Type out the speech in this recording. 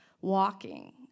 walking